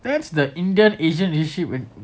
that's the indian asian issue when